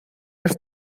has